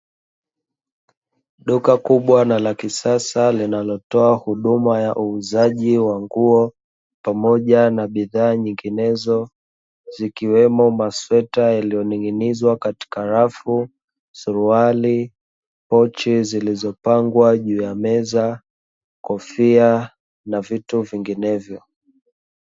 Duka kubwa na la kisasa linalotoa huduma ya uuzaji wa nguo pamoja na bidhaa nyinginezo, zikiwemo: masweta yaliyoning'inizwa katika rafu, suruali, pochi zilizopangwa juu ya meza, kofia na vitu vinginevyo.